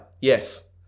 Yes